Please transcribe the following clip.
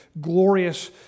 glorious